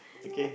okay